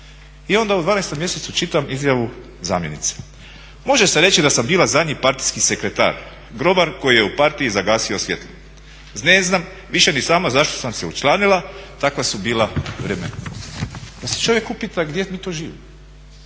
I onda u 12 mjesecu čitam izjavu zamjenice: "Može se reći da sam bila zadnji partijski sekretar, grobar koji je u partiji zagasio svjetlo. Ne znam više ni sama zašto sam se učlanila, takva su bila vremena." Da se čovjek upita gdje mi to živimo.